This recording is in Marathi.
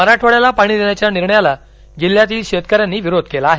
मराठवाड्याला पाणी देण्याच्या निर्णयाला जिल्ह्यातील शेतकरांनी विरोध केला आहे